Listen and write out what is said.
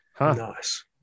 nice